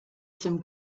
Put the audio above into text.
some